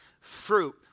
fruit